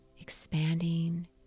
expanding